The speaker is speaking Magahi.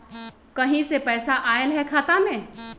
कहीं से पैसा आएल हैं खाता में?